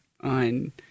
on